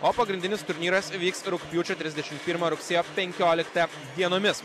o pagrindinis turnyras vyks rugpjūčio trisdešimt pirmą rugsėjo penkioliktą dienomis